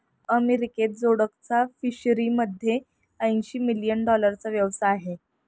अमेरिकेत जोडकचा फिशरीमध्ये ऐंशी मिलियन डॉलरचा व्यवसाय आहे